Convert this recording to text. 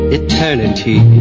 eternity